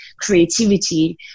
creativity